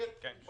יש